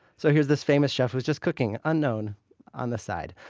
so here's this famous chef who is just cooking unknown on the side.